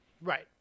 Right